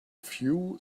few